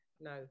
No